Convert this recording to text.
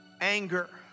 anger